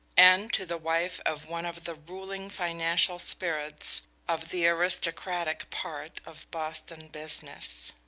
and to the wife of one of the ruling financial spirits of the aristocratic part of boston business.